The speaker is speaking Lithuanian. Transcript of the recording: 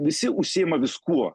visi užsiima viskuo